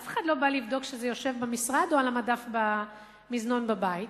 אף אחד לא בא לבדוק שזה נמצא במשרד או על המדף במזנון בבית,